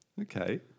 Okay